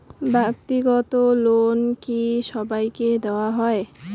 ব্যাক্তিগত লোন কি সবাইকে দেওয়া হয়?